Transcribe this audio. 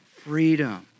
freedom